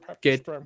get